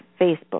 Facebook